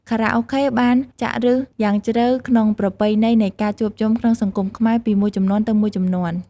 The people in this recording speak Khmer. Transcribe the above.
ខារ៉ាអូខេបានចាក់ឫសយ៉ាងជ្រៅក្នុងប្រពៃណីនៃការជួបជុំក្នុងសង្គមខ្មែរពីមួយជំនាន់ទៅមួយជំនាន់។